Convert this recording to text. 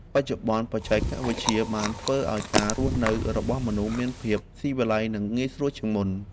បច្ចុប្បន្ន បច្ចេកវិទ្យាបានធ្វើឱ្យការរស់នៅរបស់មនុស្សមានភាពស៊ីវិល័យ និងងាយស្រួលជាងមុន។